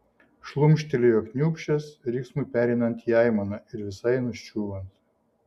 šlumštelėjo kniūbsčias riksmui pereinant į aimaną ir visai nuščiūvant